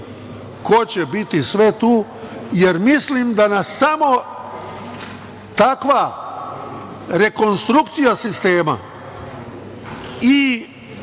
ko će biti sve tu, jer mislim da nas samo takva rekonstrukcija sistema, i